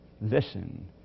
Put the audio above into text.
listen